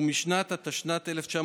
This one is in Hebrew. הוא משנת התשנ"ט 1999,